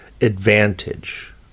advantage